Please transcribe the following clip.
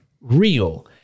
real